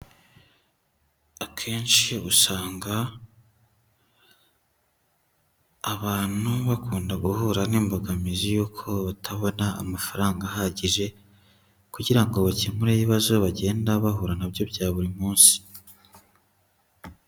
Akenshi usanga abantu bakunda guhura n'imbogamizi yuko batabona amafaranga ahagije, kugira ngo bakemure ibibazo bagenda bahura nabyo bya buri munsi.